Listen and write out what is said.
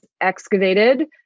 excavated